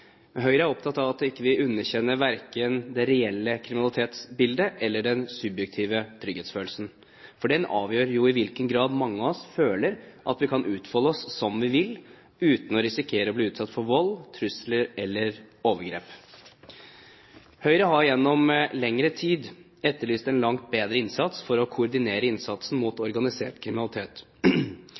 Høyre er opptatt av at vi ikke underkjenner verken det reelle kriminalitetsbildet eller den subjektive trygghetsfølelsen. For den avgjør jo i hvilken grad mange av oss føler at vi kan utfolde oss som vi vil, uten å risikere å bli utsatt for vold, trusler eller overgrep. Høyre har gjennom lengre tid etterlyst en langt bedre innsats for å koordinere innsatsen mot organisert kriminalitet.